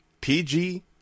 PG